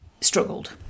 struggled